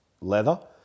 leather